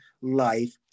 life